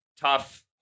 tough